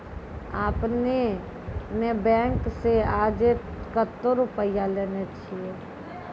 आपने ने बैंक से आजे कतो रुपिया लेने छियि?